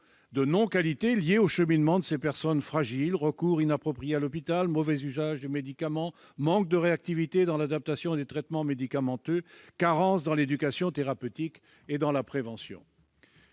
de non-qualité liés au cheminement de ces personnes fragiles : recours inapproprié à l'hôpital, mauvais usage du médicament, manque de réactivité dans l'adaptation des traitements médicamenteux, carences dans l'éducation thérapeutique et la prévention.